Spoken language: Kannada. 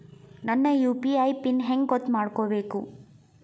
ನನ್ನ ಯು.ಪಿ.ಐ ಪಿನ್ ಹೆಂಗ್ ಗೊತ್ತ ಮಾಡ್ಕೋಬೇಕು?